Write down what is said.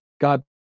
God